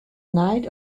night